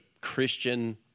Christian